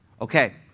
Okay